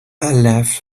left